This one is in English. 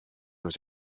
was